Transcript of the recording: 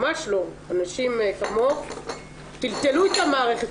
ממש לא, אנשים כמוך טלטלו את המערכת.